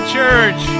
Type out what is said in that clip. church